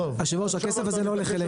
היושב ראש הכסף הזה לא הולך אלינו.